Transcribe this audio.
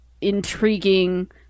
intriguing